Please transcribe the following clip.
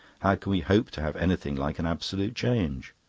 how can we hope to have anything like an absolute change?